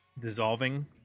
dissolving